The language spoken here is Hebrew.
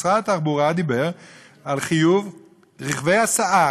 משרד התחבורה דיבר על חיוב רכבי הסעה,